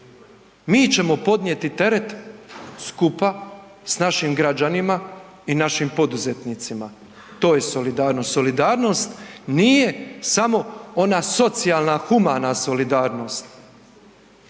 mi ćemo podnijeti teret skupa s našim građanima i našim poduzetnicima. To je solidarnost. Solidarnost nije samo ona socijalna humana solidarnost.